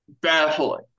baffling